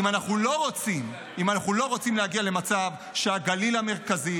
אם אנחנו לא רוצים להגיע למצב שהגליל המרכזי